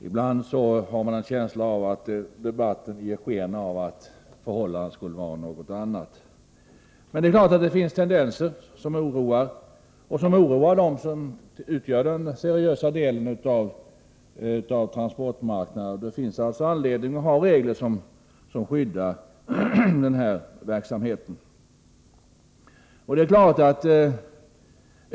Ibland ger debatten sken av att förhållandet skulle vara ett annat. Det är klart att det finns tendenser som oroar den seriösa delen av transportmarknaden. Det finns alltså anledning att ha regler som skyddar denna verksamhet.